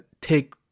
take